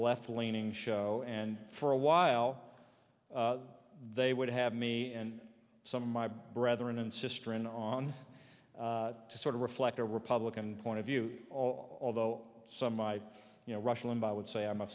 left leaning show and for a while they would have me and some of my brother and sister in on to sort of reflect a republican point of view although some might you know rush limbaugh i would say i'm a